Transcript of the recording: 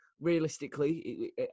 realistically